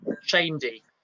Shandy